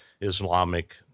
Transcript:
Islamic